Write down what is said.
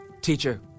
Teacher